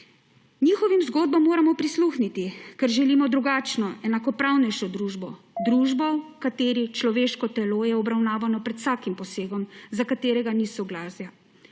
Njihovim zgodbam moramo prisluhniti, ker želimo drugačno, enakopravnejšo družbo, / znak za konec razprave/ družbo, v kateri človeško telo je obravnavano pred vsakim posegom, za katerega ni soglasja.